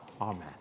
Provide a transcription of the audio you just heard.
Amen